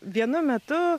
vienu metu